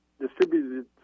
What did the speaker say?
distributed